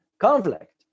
conflict